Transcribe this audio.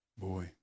Boy